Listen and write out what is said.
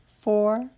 four